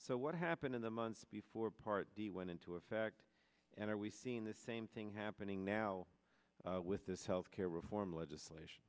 so what happened in the months before part d went into effect and are we seeing the same thing happening now with this health care reform legislation